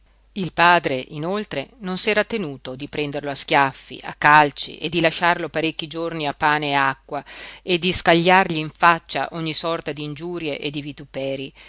il padre inoltre non s'era tenuto di prenderlo a schiaffi a calci e di lasciarlo parecchi giorni a pane e acqua e di scagliargli in faccia ogni sorta di ingiurie e di vituperii